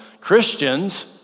Christians